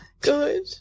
good